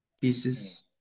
pieces